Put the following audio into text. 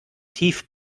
tief